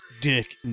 Dick